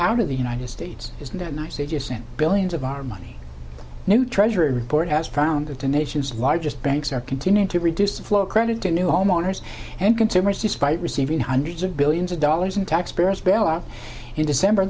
out of the united states isn't that nice if you send billions of our money new treasury report has found that the nation's largest banks are continuing to reduce the flow of credit to new homeowners and consumers despite receiving hundreds of billions of dollars in taxpayers bail out in december